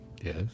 Yes